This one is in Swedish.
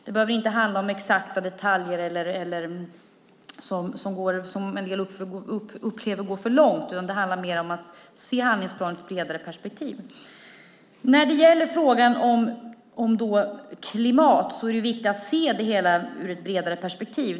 Det behöver inte handla om exakta detaljer eller sådant som en del upplever går för långt, utan det handlar mer om att se handlingsplanen i ett bredare perspektiv. När det gäller frågan om klimatet är det viktigt att se det hela ur ett bredare perspektiv.